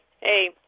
hey